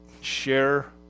share